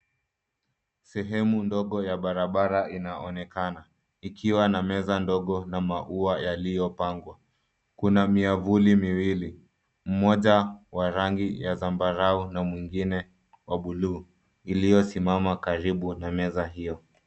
Sehemu ndogo ya barabara inaonekana ikiwa na meza ndogo na maua yaliyopangwa. Kuna miavuli miwili, mmoja wa rangi ya zambarau na mwingine wa buluu iliyosimama karibu na meza hiyo.